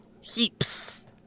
heaps